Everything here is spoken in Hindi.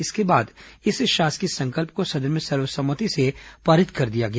इसके बाद इस शासकीय संकल्प को सदन में सर्व सम्मति से पारित कर दिया गया